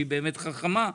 שהיא באמת חכמה,